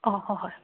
ꯑꯣ ꯍꯣ ꯍꯣꯏ